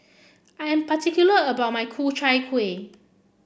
I am particular about my Ku Chai Kueh